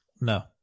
No